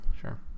sure